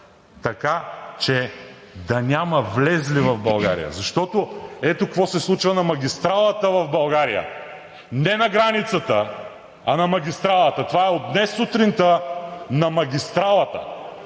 така че да няма влезли в България? Защото ето какво се случва на магистралата в България – не на границата, а на магистралата! (Показва снимка.) Това е от днес сутринта на магистралата!